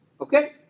Okay